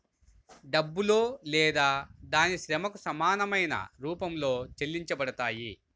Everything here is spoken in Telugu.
డబ్బులో లేదా దాని శ్రమకు సమానమైన రూపంలో చెల్లించబడతాయి